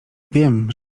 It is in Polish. wiem